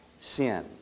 sin